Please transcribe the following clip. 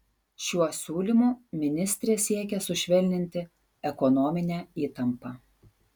šiuo siūlymu ministrė siekia sušvelninti ekonominę įtampą